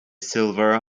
silver